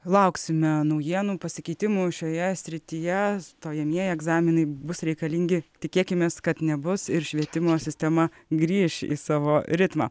lauksime naujienų pasikeitimų šioje srityje stojamieji egzaminai bus reikalingi tikėkimės kad nebus ir švietimo sistema grįš į savo ritmą